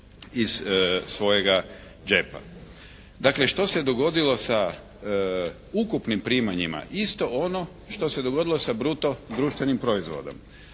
iz svojega džepa. Dakle što se dogodilo sa ukupnim primanjima? Isto ono što se dogodilo sa bruto društvenim proizvodom.